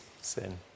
sin